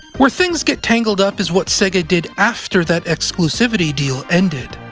where things get tangled up is what sega did after that exclusivity deal ended.